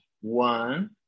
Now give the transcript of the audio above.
One